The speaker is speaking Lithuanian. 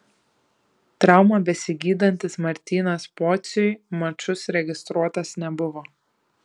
traumą besigydantis martynas pociui mačus registruotas nebuvo